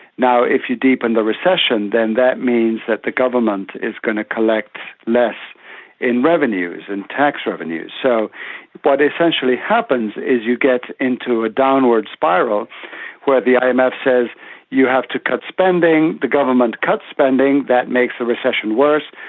now if you deepen the recession then that means that the government is going to collect less in revenues, in tax revenues. so what essentially happens is you get into a downward spiral where the imf and says you have to cut spending, the government cuts spending, that makes the recession worse.